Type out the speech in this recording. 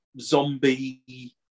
zombie